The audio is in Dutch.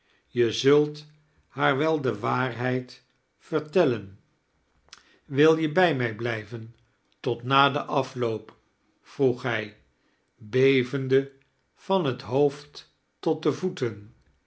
je zult haar wel d waairheid verbellen wil je bij mij blijven tot na den afloop vroeg hij bevende van het hoofd tot de voeten